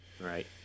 Right